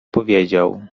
powiedział